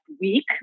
week